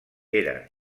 era